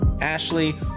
ashley